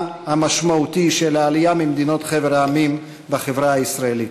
המשמעותי של העלייה מחבר המדינות בחברה הישראלית.